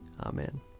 Amen